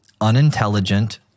unintelligent